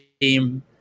team